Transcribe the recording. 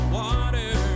water